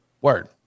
word